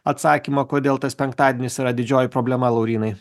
atsakymą kodėl tas penktadienis yra didžioji problema laurynai